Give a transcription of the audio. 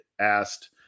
asked